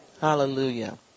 Hallelujah